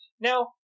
Now